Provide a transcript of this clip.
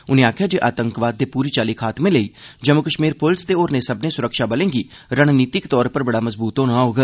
उनें आखेआ जे आतंकवाद दे पूरी चाल्ली खात्मे लेई जम्मू कश्मीर पुलस ते होरनें सब्मनें सुरक्षाबलें गी रणनीतिक तौर पर बड़ा मजबूत होना होग